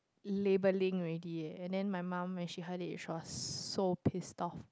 labelling already eh and then my mum when she heard it she was so pissed off